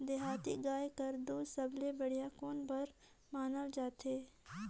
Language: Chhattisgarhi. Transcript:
देहाती गाय कर दूध सबले बढ़िया कौन बर मानल जाथे?